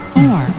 Four